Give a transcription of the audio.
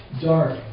Dark